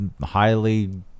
highly